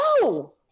no